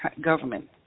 government